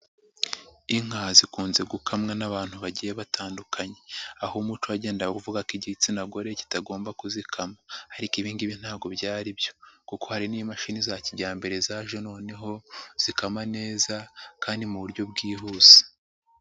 lnka zikunze gukamwa n'abantu bagiye batandukanye, aho umuco wagendaga uvuga ko igitsina gore kitagomba kuzikama, ariko ibi ngibi ntago byari byo, kuko hari n'imashini za kijyambere zaje noneho, zikama neza kandi mu buryo bwihuse.